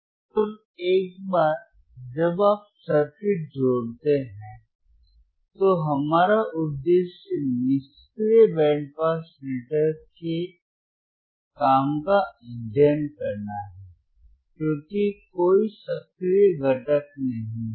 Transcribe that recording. अब एक बार जब आप सर्किट जोड़ते हैं तो हमारा उद्देश्य निष्क्रिय बैंड पास फिल्टर के काम का अध्ययन करना है क्योंकि कोई सक्रिय घटक नहीं है